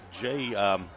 Jay